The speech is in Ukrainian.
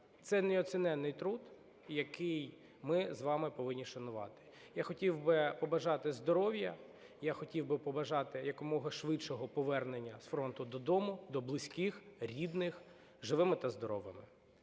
це неоцінений труд, який ми з вами повинні шанувати. Я хотів би побажати здоров'я. Я хотів би побажати якомога швидшого повернення з фронту додому, до близьких, рідних живими та здоровими.